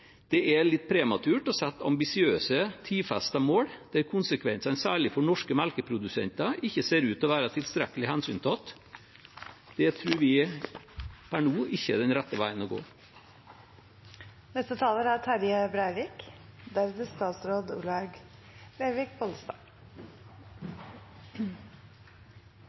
det er litt prematurt å sette ambisiøse, tidfestede mål der konsekvensene, særlig for norske melkeprodusenter, ikke ser ut til å være tilstrekkelig hensyntatt. Det tror vi per nå ikke er den rette veien å